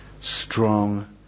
strong